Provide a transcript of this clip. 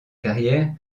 carrière